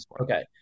okay